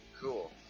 Cool